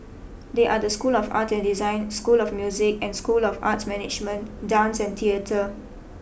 they are the school of art and design school of music and school of arts management dance and theatre